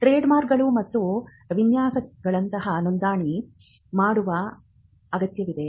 ಟ್ರೇಡ್ಮಾರ್ಕ್ಗಳು ಮತ್ತು ವಿನ್ಯಾಸಗಳಂತಹ ನೋಂದಣಿ ಮಾಡುವ ಅಗತ್ಯವಿದೆ